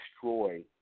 destroy